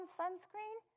sunscreen